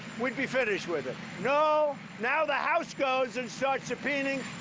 we'd be finished with it. no, now the house goes and starts subpoenaing.